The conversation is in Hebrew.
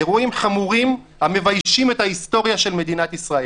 אלה אירועים חמורים המביישים את ההיסטוריה של מדינת ישראל.